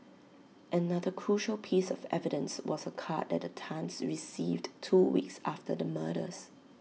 another crucial piece of evidence was A card that the Tans received two weeks after the murders